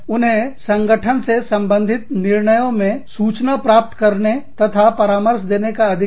उन्हें संगठन से संबंधित निर्णय में सूचना प्राप्त करने तथा परामर्श देने का अधिकार है